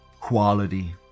Quality